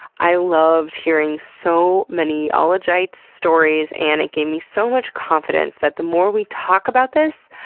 i loved hearing so many ah ologites' stories and it gave me so much confidence that the more we talk about this,